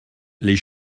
les